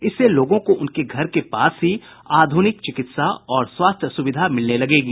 इससे लोगों को उनके घर के पास ही आधुनिक चिकित्सा और स्वास्थ्य सुविधा मिलने लगेगी